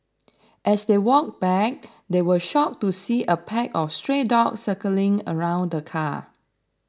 as they walked back they were shocked to see a pack of stray dogs circling around the car